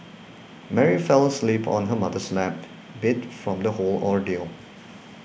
Mary fell asleep on her mother's lap beat from the whole ordeal